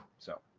so,